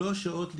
3 שעות לפני,